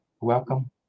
welcome